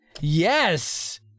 Yes